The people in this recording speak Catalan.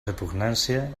repugnància